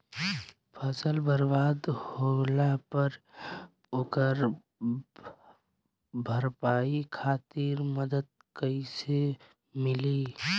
फसल बर्बाद होला पर ओकर भरपाई खातिर मदद कइसे मिली?